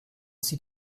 sie